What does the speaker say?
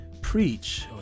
preach